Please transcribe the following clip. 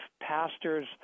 pastors